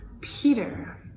Peter